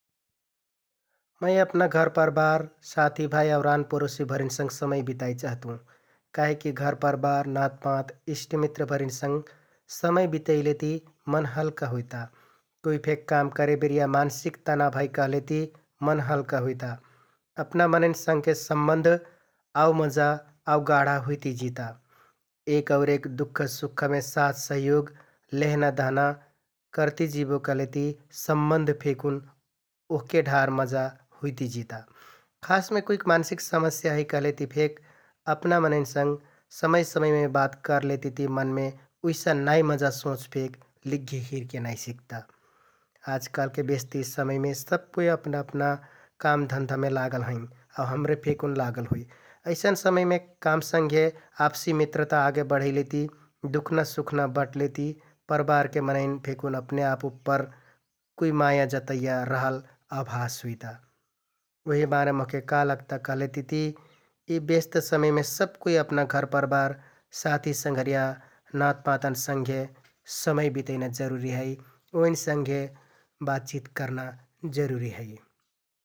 मै अपना घरपरबार, साथिभाइ आउ रानपरोसिभरिन संघ समय बिताइ चहतुँ काहिककि घरपरबार, नाँतपाँत, इष्‍टमित्रभरिन संघ समय बितैलेति मन हल्का हुइता । कुइ फेक काम करेबिरिया मानसिक तनाब है कहलेति मन हल्का हुइता । अपना मनैंन संघके सम्बन्ध आउ मजा, आउ गाढा हुइति जिता । एक औरेक दुख, सुखमे साथ, सहयोग लेहना दहना करति जिबो कहलेति सम्बन्ध फेकुन ओहके ढार मजा हुइति जिता । खासमे कुइक मानसिक समस्या है कहलेति फेक अपना मनैंन संघ समय समयमे बात करलेतिति मनमे उइसन नाइ मजा सोंच फेक लिग्घे हिरके नाइ सिकता । आजकालके ब्यस्त यि समयमे सबकुइ अपना अपना काम धन्धामे लागल हैं आउ हमरे फेकुन लागल होइ । अइसन समयमे काम संघे आपसि मित्रता आगे बढैलेति, दुख्‍ना सुख्‍ना बँट्लेति परबारके मनैंन फेकुन अपने आप उप्पर कुइ माया जतैया रहल आभार हुइता । उहि मारे मोहके का लगता कहलेतिति यि ब्यस्त समयमे सबकुइ अपना घरपरबार, साथी संघरिया, नाँतपाँतन संघे समय बितैना जरुरि है, ओइन संघे बातचित करना जरुरि है ।